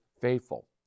faithful